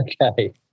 Okay